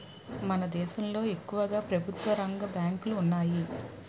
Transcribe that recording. భారతదేశంలో ఎక్కువుగా ప్రభుత్వరంగ బ్యాంకులు ఉన్నాయి